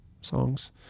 songs